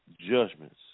judgments